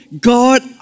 God